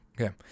Okay